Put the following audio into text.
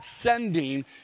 sending